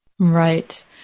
Right